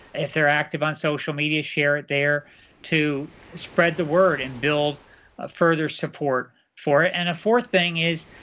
if they're active on social media, share it there to spread the word and build further support for it. and a a fourth thing is,